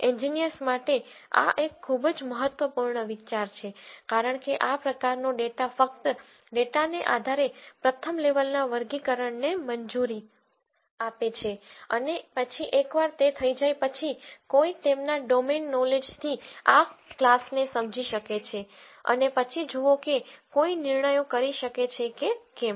engineers માટે આ એક ખૂબ જ મહત્વપૂર્ણ વિચાર છે કારણ કે આ પ્રકારનો ડેટા ફક્ત ડેટાના આધારે પ્રથમ લેવલના વર્ગીકરણને મંજૂરી આપે છે અને પછી એકવાર તે થઈ જાય પછી કોઈ તેમના ડોમેન નોલેજથી આ ક્લાસને સમજી શકે છે અને પછી જુઓ કે કોઈ નિર્ણયો કરી શકે છે કે કેમ